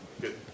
Good